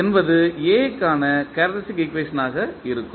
என்பது A க்கான characteristic equation ஆக இருக்கும்